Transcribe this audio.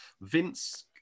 Vince